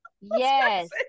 Yes